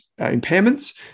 impairments